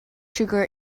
sugar